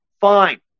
Fine